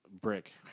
Brick